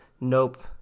Nope